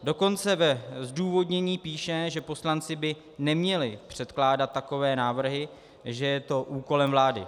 Dokonce ve zdůvodnění píše, že poslanci by neměli předkládat takové návrhy, že je to úkolem vlády.